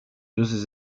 uses